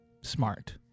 smart